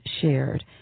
shared